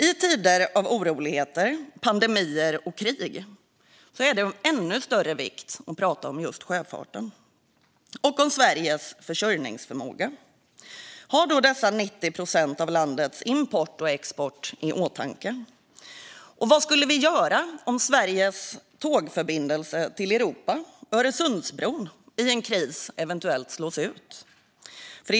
I tider av oroligheter, pandemier och krig är det av ännu större vikt att prata om sjöfarten och Sveriges försörjningsförmåga. Ha då dessa 90 procent av landets import och export i åtanke! Vad skulle vi göra om Sveriges tågförbindelse till Europa, Öresundsbron, slås ut i en kris?